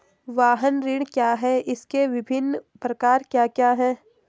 वाहन ऋण क्या है इसके विभिन्न प्रकार क्या क्या हैं?